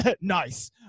Nice